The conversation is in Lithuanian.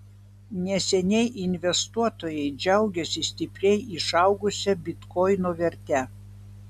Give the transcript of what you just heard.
neseniai investuotojai džiaugėsi stipriai išaugusia bitkoino verte